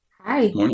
Hi